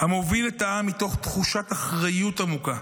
המוביל את העם מתוך תחושת אחריות עמוקה.